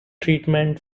treatment